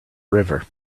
river